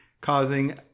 causing